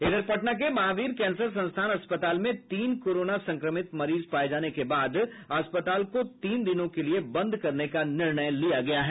इधर पटना के महावीर कैंसर संस्थान अस्पताल में तीन कोरोना संक्रमित मरीज पाये जाने के बाद अस्पताल को तीन दिनों के लिए बंद करने का निर्णय लिया गया है